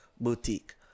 Boutique